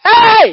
hey